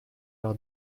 leur